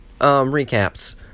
recaps